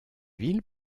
ville